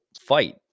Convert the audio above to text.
fight